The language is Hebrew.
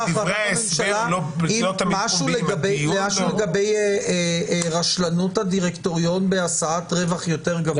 משהו לגבי רשלנות הדירקטוריון בעשיית רווח יותר גבוה?